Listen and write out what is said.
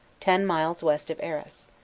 ten miles vest of arras.